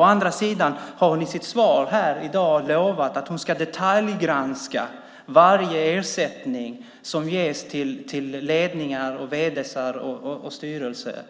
Å andra sidan har hon i sitt svar här i dag lovat att hon ska detaljgranska varje ersättning som ges till ledningar, vd:ar och styrelser.